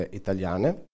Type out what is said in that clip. italiane